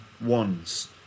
ones